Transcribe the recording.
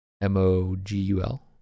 M-O-G-U-L